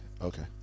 Okay